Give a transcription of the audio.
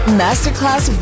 masterclass